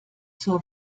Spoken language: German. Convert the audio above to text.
zur